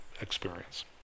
experience